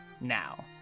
Now